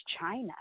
china